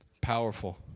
Powerful